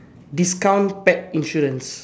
discount pack insurance